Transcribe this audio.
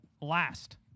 last